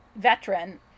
veteran